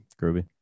groovy